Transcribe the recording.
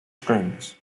strings